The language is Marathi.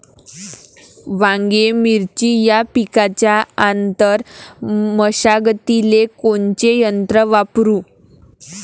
वांगे, मिरची या पिकाच्या आंतर मशागतीले कोनचे यंत्र वापरू?